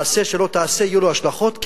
מעשה שלא תעשה יהיו לו השלכות,